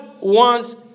wants